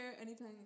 anytime